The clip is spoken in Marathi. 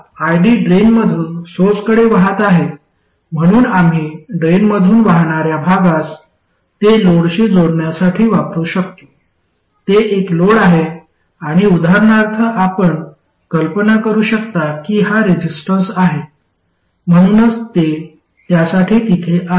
आता id ड्रेनमधून सोर्सकडे वाहत आहे म्हणून आम्ही ड्रेनमधून वाहणाऱ्या भागास ते लोडशी जोडण्यासाठी वापरू शकतो ते एक लोड आहे आणि उदाहरणार्थ आपण कल्पना करू शकता की हा रेसिस्टन्स आहे म्हणूनच ते त्यासाठी तिथे आहे